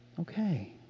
okay